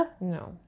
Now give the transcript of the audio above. no